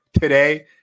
today